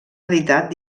editat